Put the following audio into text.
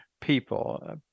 people